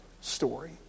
story